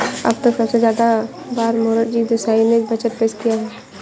अब तक सबसे ज्यादा बार मोरार जी देसाई ने बजट पेश किया है